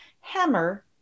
hammer